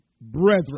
Brethren